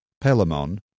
Pelamon